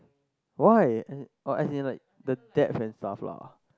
why as in like the depth and stuff lah